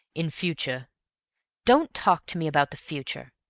in future don't talk to me about the future!